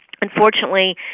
unfortunately